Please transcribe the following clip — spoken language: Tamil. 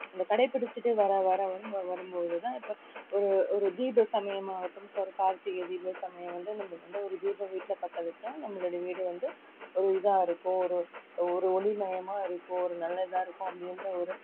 அந்த கடைப்பிடிச்சுட்டே வர வர வரும்போது வரும் போது தான் இப்போ ஒரு ஒரு தீப சமயம் ஆகட்டும் ஒரு கார்த்திகை தீப சமயம் வந்து நம்ம வந்து ஒரு தீபம் வீட்டில் பற்ற வெச்சா நம்மளோடய வீடு வந்து ஒரு இதாக இருக்கும் ஒரு ஒரு ஒளிமயமாக இருக்கும் ஒரு நல்லதாக இருக்கும் அப்படின்ற ஒரு